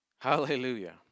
Hallelujah